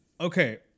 Okay